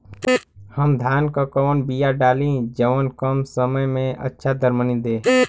हम धान क कवन बिया डाली जवन कम समय में अच्छा दरमनी दे?